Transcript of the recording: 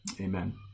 Amen